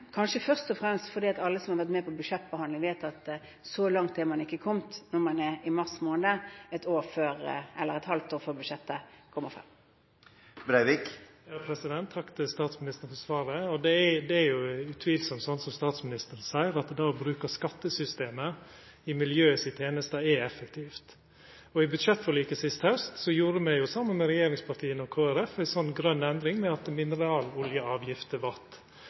kanskje først og fremst fordi alle som har vært med på budsjettbehandling, vet at så langt er man ikke kommet når man er i mars måned, et halvt år før budsjettet blir lagt frem. Takk til statsministeren for svaret. Det er jo utvilsamt slik statsministeren seier, at det å bruka skattesystemet i miljøet si teneste er effektivt. Og i budsjettforliket sist haust gjorde vi saman med regjeringspartia og Kristelig Folkeparti ei slik grøn endring ved at